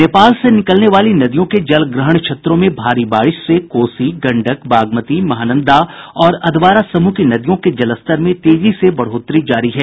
नेपाल से निकलने वाली नदियों के जलग्रहण क्षेत्रों में भारी बारिश से कोसी गंडक बागमती महानंदा और अधवारा समूह की नदियों के जलस्तर में तेजी से बढ़ोतरी जारी है